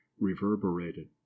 reverberated